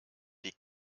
die